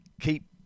keep